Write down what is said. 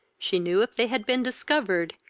she knew if they had been discovered,